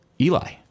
eli